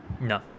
no